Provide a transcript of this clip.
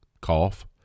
cough